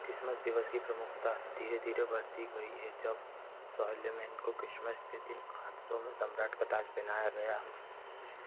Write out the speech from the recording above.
Christmas दिवस की प्रमुखता धीरे धीरे बढ़ती गई है जब शारलेमेन को क्रिसमस के दिन आठ सौ में सम्राट का ताज पहनाया गया